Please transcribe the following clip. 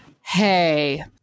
hey